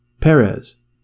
Perez